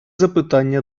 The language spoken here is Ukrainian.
запитання